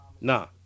Nah